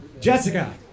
Jessica